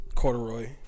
corduroy